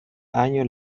año